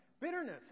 bitterness